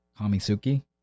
Kamisuki